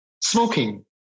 Smoking